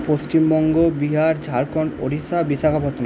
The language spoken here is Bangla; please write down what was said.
পশ্চিমবঙ্গ বিহার ঝাড়খন্ড ওড়িশা বিশাখাপত্তনম